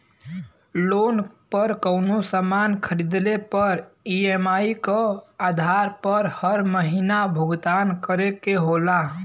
loan पर कउनो सामान खरीदले पर ई.एम.आई क आधार पर हर महीना भुगतान करे के होला